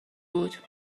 بود